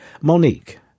Monique